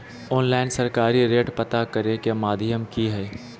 Online सरकारी rate पता करे के माध्यम की हय?